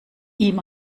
ihm